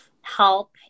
help